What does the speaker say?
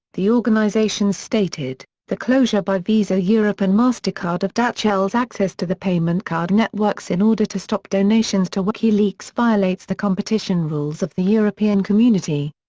the organisations stated the closure by visa europe and mastercard of datcell's access to the payment card networks in order to stop donations to wikileaks violates the competition rules of the european community.